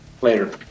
Later